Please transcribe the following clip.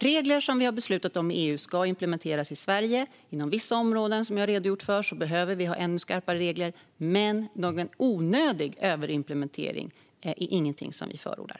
Regler som vi har beslutat om i EU ska implementeras i Sverige. På vissa områden behöver vi, som jag har redogjort för, ha ännu skarpare regler, men någon onödig överimplementering är ingenting som vi förordar.